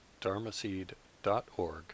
dharmaseed.org